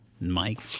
Mike